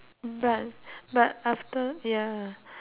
but but after ya